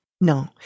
No